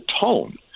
tone